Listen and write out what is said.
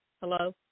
Hello